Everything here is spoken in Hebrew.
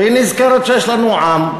והיא נזכרת שיש לנו עם.